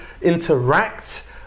interact